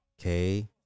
Okay